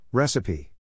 Recipe